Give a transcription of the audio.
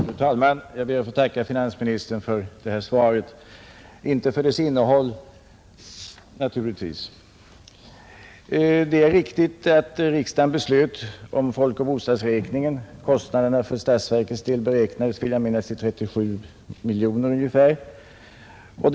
Fru talman! Jag ber att få tacka finansministern för det svar han lämnat på min fråga, men naturligtvis tackar jag inte för svarets innehåll. Det är riktigt att riksdagen har beslutat om folkoch bostadsräkningen. Jag vill minnas att kostnaderna för statsverkets vidkommande beräknades till ungefär 37 miljoner kronor.